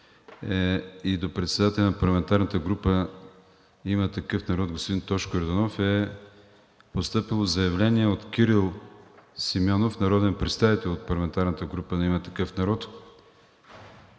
и до председателя на парламентарната група на „Има такъв народ“ – господин Тошко Йорданов, е постъпило заявление от Кирил Симеонов – народен представител от парламентарната група на „Има такъв народ“: